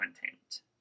content